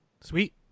Sweet